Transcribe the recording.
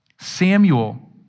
Samuel